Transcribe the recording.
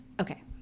Okay